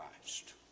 Christ